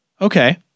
Okay